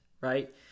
right